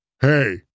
Hey